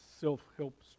self-help